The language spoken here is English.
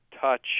touch